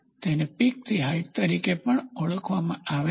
તેને પીક થી હાઇટ તરીકે પણ ઓળખવામાં આવે છે